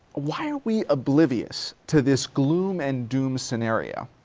why are we oblivious to this gloom and doom scenario,